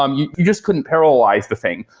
um you you just couldn't parallelize the thing.